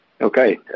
Okay